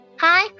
Hi